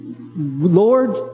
Lord